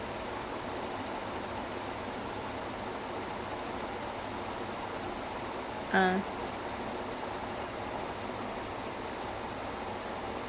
the thinker has a wife then initially அந்த:antha wife வந்து:vanthu she will help him become who he is because um the same event that because flash to become the flash